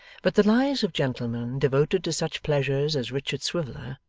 but the lives of gentlemen devoted to such pleasures as richard swiveller,